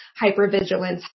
hypervigilance